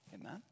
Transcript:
Amen